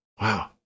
Wow